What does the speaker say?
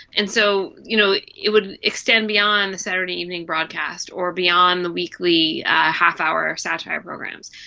and so you know it would extend beyond the saturday evening broadcast or beyond the weekly half-hour satire programs.